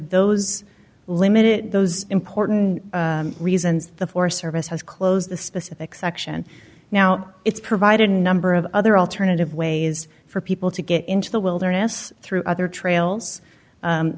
those limited those important reasons the forest service has closed the specific section now it's provided a number of other alternative ways for people to get into the wilderness through other trails